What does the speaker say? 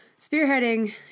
spearheading